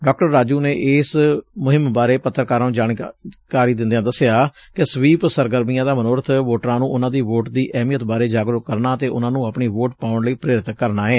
ਡਾ ਰਾਜੂ ਨੇ ਇਸ ਮੁਹਿੰਮ ਬਾਰੇ ਪੱਤਰਕਾਰਾਂ ਨੂੰ ਜਾਣਕਾਰੀ ਦਿੰਦਿਆਂ ਦਸਿਆ ਕਿ ਸਵੀਪ ਸਰਗਰਮੀਆਂ ਦਾ ਮਨੋਰਥ ਵੋਟਰਾਂ ਨੂੰ ਉਨ੍ਹਾਂ ਦੀ ਵੋਟ ਦੀ ਅਹਿਮੀਅਤ ਬਾਰੇ ਜਾਗਰੁਕ ਕਰਨਾ ਅਤੇ ਉਨ੍ਹਾਂ ਨੂੰ ਆਪਣੀ ਵੋਟ ਪਾਉਣ ਲਈ ਪ੍ਰੇਰਿਤ ਕਰਨਾ ਏ